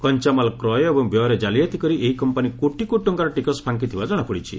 କଞ୍ଚାମାଲ୍ କ୍ରୟ ଏବଂ ବ୍ୟୟରେ ଜାଲିଆତି କରି ଏହି କମ୍ପାନୀ କୋଟି କୋଟି ଟଙ୍କାର ଟିକସ ଫାଙ୍କିଥିବା ଜଣାପଡ଼ିଛି